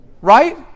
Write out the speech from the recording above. Right